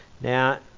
Now